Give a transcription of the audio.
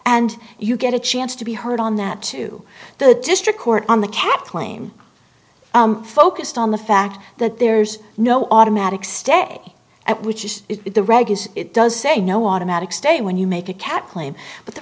and you get a chance to be heard on that to the district court on the cap claim focused on the fact that there's no automatic stay at which is it the reg is it does say no automatic stay when you make a cat claim